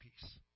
peace